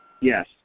Yes